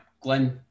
Glenn